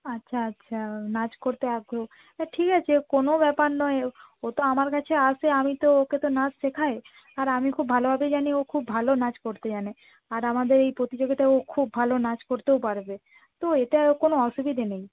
আচ্ছা আচ্ছা নাচ করতে আগ্রহ তা ঠিক আছে কোনো ব্যাপার নয় ও তো আমার কাছে আসে আমি তো ওকে তো নাচ শেখাই আর আমি খুব ভালোভাবেই জানি ও খুব ভালো নাচ করতে জানে আর আমাদের এই প্রতিযোগিতায় ও খুব ভালো নাচ করতেও পারবে তো এতে কোনো অসুবিধে নেই